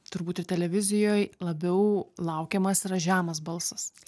turbūt ir televizijoj labiau laukiamas yra žemas balsas